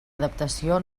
adaptació